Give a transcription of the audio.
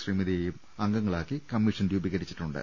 ശ്രീമതിയെയും അംഗങ്ങളാക്കി കമ്മീഷൻ രൂപീകരിച്ചിട്ടുണ്ട്